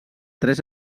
tres